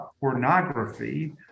pornography